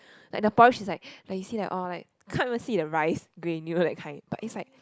like the porridge it's like like you see oh like can't even see the rice granules that kind but it's like